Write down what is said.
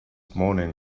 morning